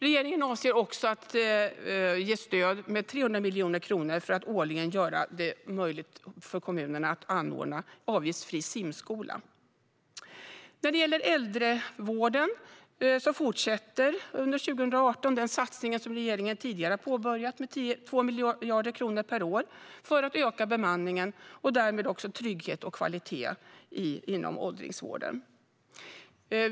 Regeringen avser också att ge stöd med 300 miljoner kronor för att årligen göra det möjligt för kommunerna att anordna avgiftsfri simskola. När det gäller äldrevården fortsätter under 2018 den satsning som regeringen tidigare har påbörjat med 2 miljarder kronor per år för att öka bemanningen och därmed också tryggheten och kvaliteten inom åldringsvården.